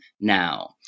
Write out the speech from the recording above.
now